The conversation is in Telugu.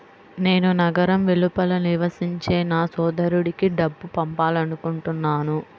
నేను నగరం వెలుపల నివసించే నా సోదరుడికి డబ్బు పంపాలనుకుంటున్నాను